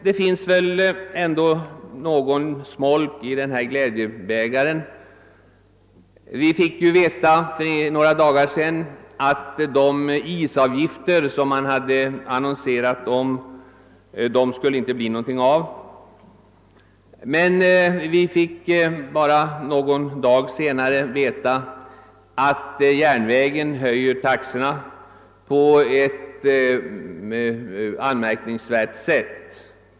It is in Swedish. Det finns ändå någon smolk i glädjebägaren. Vi fick helt nyligen veta att det inte skulle bli någonting av de isbrytaravgifter som hade aviserats, men för bara några dagar sedan kom meddelande om att järnvägen vill höja sina taxor på ett anmärkningsvärt sätt.